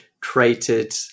created